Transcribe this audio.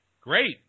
great